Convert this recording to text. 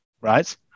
right